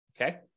okay